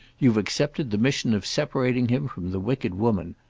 you've accepted the mission of separating him from the wicked woman.